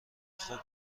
خوب